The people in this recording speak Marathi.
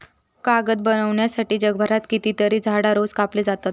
कागद बनवच्यासाठी जगभरात कितकीतरी झाडां रोज कापली जातत